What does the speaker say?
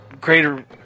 Greater